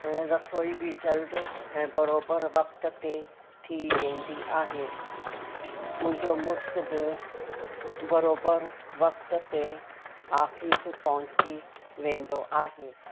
ऐं रसोई बि जल्द ऐं बराबरि वक़्तु ते थी वेंदी आहे मुंहिंजो मुड़ुस बि बरोबर वक़्तु ते ऑफिस पहुची वेंदो आहे